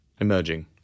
Emerging